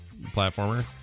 platformer